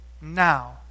now